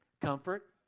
Comfort